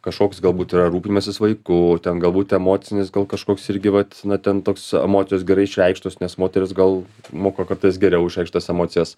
kažkoks galbūt yra rūpinimasis vaiku ten galbūt emocinis gal kažkoks irgi vat na ten toks emocijos gerai išreikštos nes moterys gal moka kartais geriau išreikšt tas emocijas